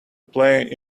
play